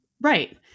right